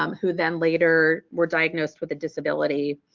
um who then later were diagnosed with a disability,